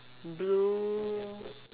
blue